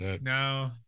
No